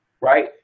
Right